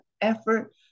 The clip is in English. effort